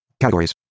Categories